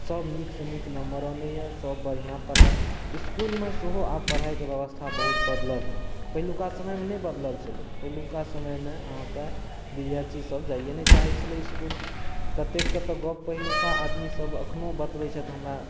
सभ नीकसँ नीक नम्बर आनैया सभ बढ़िऑं पढ़ाइ इसकुलमे सेहो आब पढ़ाइके ब्यबस्था बहुत बदलल हऽ पहिलुका समयमे नहि बदलल छलै पहिलुका समयमे अहाँके बिद्यार्थी सभ जाइये नहि चाहै छलै इसकुल कतेक के तऽ गप पहिलुका आदमी सभ अखनो बतबै छथि हमरा